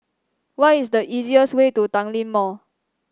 what is the easiest way to Tanglin Mall